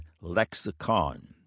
lexicon